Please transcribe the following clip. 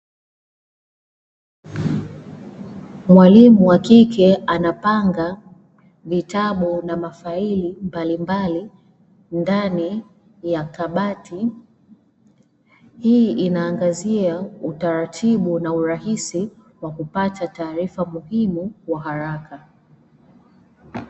Mwalimu wa kike anapanga vitabu na mafaili mbalimbali ndani ya kabati, hii inaangazia utaratibu na urahisi wakupata taarifa muhimu kwa haraka.